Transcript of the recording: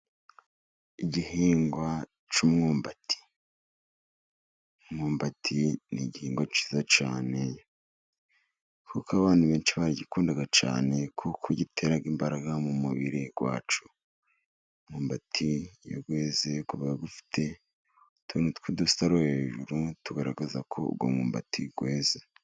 Igihingwa cy'umwumbati, umwumbati nigihingwa cyiza cyane kuko abantu benshi baragikunda cyane kuko giteraga imbaraga mu mubiri wacu. Imyumbati ikinze kuba ifite utuntu tw'udusaro hejuru tugaragaza ko umwumbati weze.